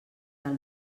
del